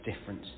different